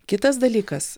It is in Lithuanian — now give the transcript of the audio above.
kitas dalykas